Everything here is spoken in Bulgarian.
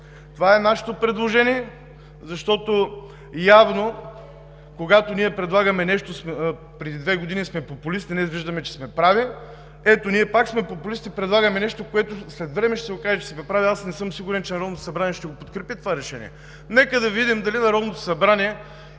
Това е нашето предложение, защото явно, когато ние предлагахме нещо преди две години, бяхме популисти, а днес изглежда, че сме прави. Ето, ние пак сме популисти и предлагаме нещо, за което след време ще се окаже, че сме прави. Аз не съм сигурен, че Народното събрание ще подкрепи това решение, но нека да видим дали Народното събрание